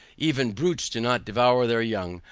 even brutes do not devour their young,